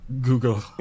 Google